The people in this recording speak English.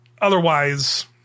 otherwise